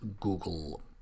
google